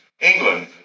England